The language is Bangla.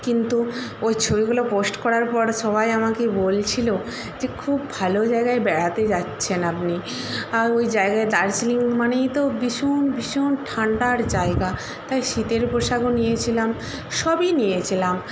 কিন্তু ওই ছবিগুলো পোস্ট করার পর সবাই আমাকে বলছিলো যে খুব ভালো জায়গায় বেড়াতে যাচ্ছেন আপনি আর ওই জায়গায় দার্জিলিং মানেই তো ভীষণ ভীষণ ঠান্ডার জায়গা তাই শীতের পোশাকও নিয়েছিলাম সবই নিয়েছিলাম